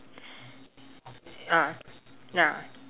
ya ya